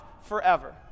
forever